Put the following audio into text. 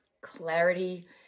clarity